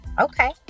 okay